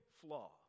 flaw